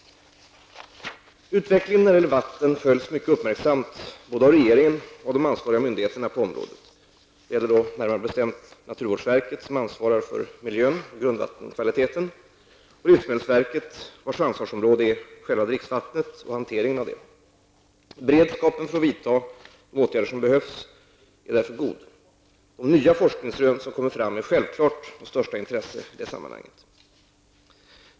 Utvecklingen när det gäller vatten följs mycket uppmärksamt både av regeringen och av de ansvariga myndigheterna på området, närmare bestämt naturvårdsverket, som ansvarar för miljön och grundvattenkvaliteten och livsmedelsverket, vars ansvarsområde är själva dricksvattnet och hanteringen av detta. Beredskapen för att vidta behövliga åtgärder är därför god. De nya forskningsrön som kommer fram är självfallet av största intresse i detta sammanhang.